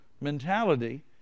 mentality